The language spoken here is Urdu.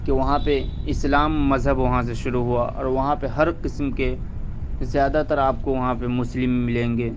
کہ وہاں پہ اسلام مذہب وہاں سے شروع ہوا وہاں پہ ہر قسم کے زیادہ تر آپ کو وہاں پہ مسلم ملیں گے